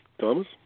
Thomas